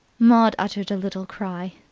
maud uttered a little cry.